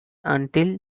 until